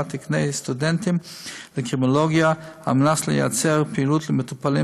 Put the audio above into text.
תקני סטודנטים לקרימינולוגיה על מנת לייצר פעילות למטופלים,